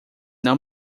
não